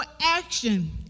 action